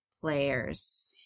players